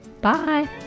bye